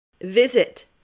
Visit